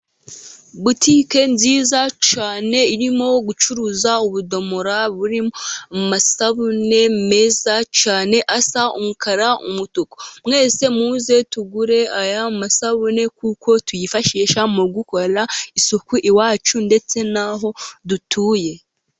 Butike nziza cyane irimo gucuruza ubudomora burimo amasabune meza cyane asa umukara, umutuku. Mwese muze tugure aya masabune, kuko tuyifashisha mu gukorera isuku iwacu ndetse n'aho dutuye.